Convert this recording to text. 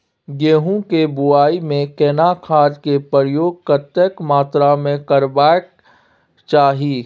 गेहूं के बुआई में केना खाद के प्रयोग कतेक मात्रा में करबैक चाही?